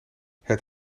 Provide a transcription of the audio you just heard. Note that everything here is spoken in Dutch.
het